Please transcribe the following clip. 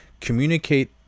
communicate